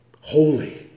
Holy